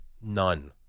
None